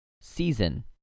season